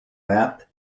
nap